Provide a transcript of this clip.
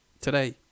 today